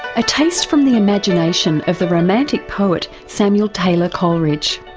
a taste from the imagination of the romantic poet samuel taylor coleridge.